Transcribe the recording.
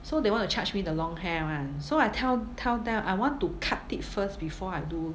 so they want to charge me the long hair [one] so I tell tell them I want to cut it first before I do